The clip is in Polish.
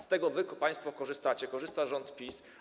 Z tego państwo korzystacie, korzysta rząd PiS.